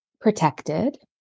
protected